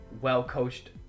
well-coached